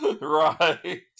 Right